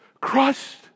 crushed